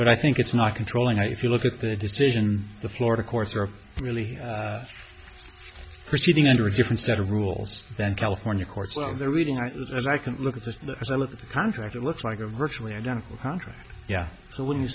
but i think it's not controlling if you look at the decision the florida courts are really proceeding under a different set of rules than california courts so they're reading as i can look at the contract it looks like a virtually identical contract yeah so when you